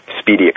speedy